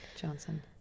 johnson